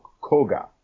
Koga